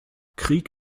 krieg